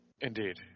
Indeed